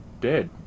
dead